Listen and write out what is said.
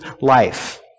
life